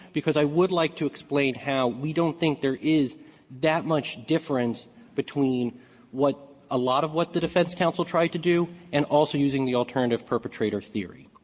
because i would like to explain how we don't think there is that much difference between what a lot of what the defense counsel tried to do, and also using the alternative-perpetrator theory.